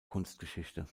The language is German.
kunstgeschichte